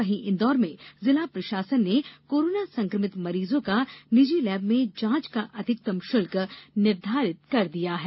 वहीं इंदौर में जिला प्रशासन ने कोरोना संक्रमित मरीजों का निजी लैब में जांच का अधिकतम शुल्क निर्धारित कर दिया है